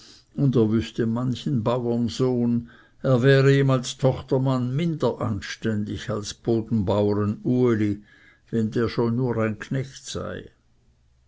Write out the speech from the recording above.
er wüßte manchen baurensohn er wäre ihm als tochtermann minder anständig als bodenbauren uli wenn der schon nur ein knecht sei